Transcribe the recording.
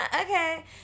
okay